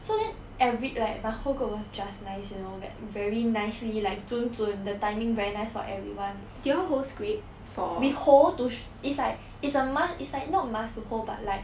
so then every like my whole group was just nice you know we are very nicely like 准准 the timing very nice for everyone we hold to it's like it's a must not must to hold but like